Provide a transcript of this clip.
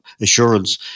assurance